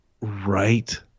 Right